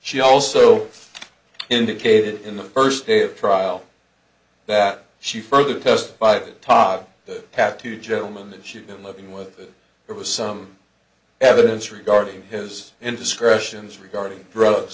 she also indicated in the first day of trial that she further testified tot the past two gentlemen that she had been living with that there was some evidence regarding his indiscretions regarding drugs